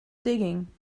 digging